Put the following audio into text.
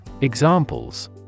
Examples